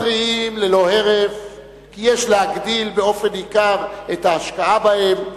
מתריעים ללא הרף כי יש להגדיל באופן ניכר את ההשקעה בהם,